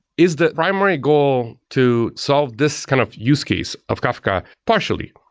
is the primary goal to solve this kind of use case of kafka? partially.